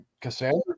Cassandra